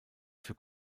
für